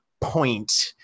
point